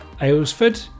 Aylesford